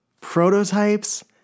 prototypes